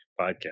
podcast